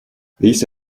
these